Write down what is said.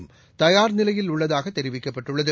புயல் தயார்நிலையில் உள்ளதாகதெரிவிக்கப்பட்டுள்ளது